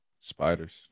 Spiders